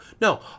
No